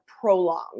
prolonged